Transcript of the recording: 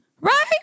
Right